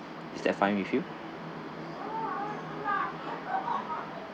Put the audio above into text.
is that fine with you